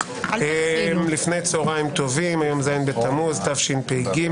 היום ז' בתמוז התשפ"ג,